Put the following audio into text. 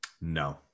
No